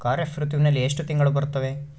ಖಾರೇಫ್ ಋತುವಿನಲ್ಲಿ ಎಷ್ಟು ತಿಂಗಳು ಬರುತ್ತವೆ?